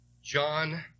John